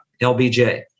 LBJ